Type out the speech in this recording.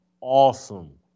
awesome